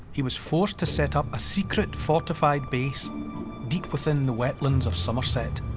he was forced to set up a secret fortified base deep within the wetlands of somerset.